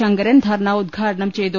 ശങ്കരൻ ധർണ ഉദ്ഘാടനം ചെയ്തു